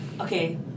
okay